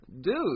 Dude